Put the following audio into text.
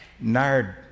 Nard